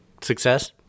Success